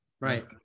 right